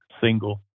single